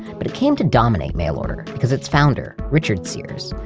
but it came to dominate mail order because its founder, richard sears,